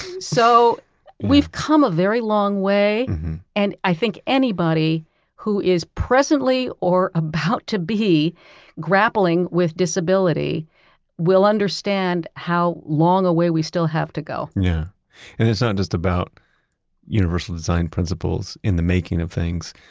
so we've come a very long way and i think anybody who is presently or about to be grappling with disability will understand how long a way we still have to go yeah. and it's not just about universal design principles in the making of things.